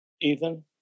Ethan